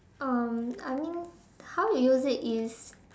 um I mean how you use it is